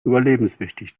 überlebenswichtig